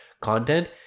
content